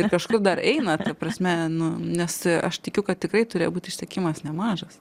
ir kažkur dar einat ta prasme nu nes aš tikiu kad tikrai turėjo būt išsekimas nemažas